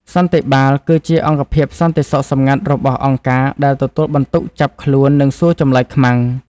សន្តិបាលគឺជាអង្គភាពសន្តិសុខសម្ងាត់របស់អង្គការដែលទទួលបន្ទុកចាប់ខ្លួន និងសួរចម្លើយ «ខ្មាំង»។